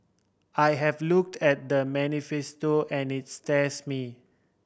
I have looked at the manifesto and it stirs me